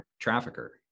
trafficker